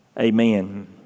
amen